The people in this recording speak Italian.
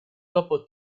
dopo